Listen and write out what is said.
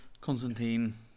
Constantine